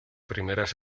primeras